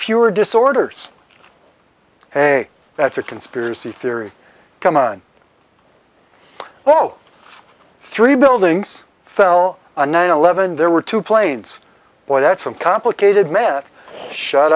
fewer disorders hey that's a conspiracy theory come on oh three buildings fell on nine eleven there were two planes or that's some complicated math shut